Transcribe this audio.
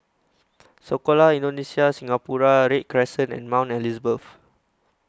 Sekolah Indonesia Singapura Read Crescent and Mount Elizabeth